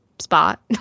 spot